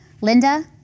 Linda